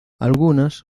algunas